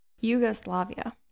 Yugoslavia